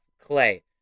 clay